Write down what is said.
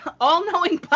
all-knowing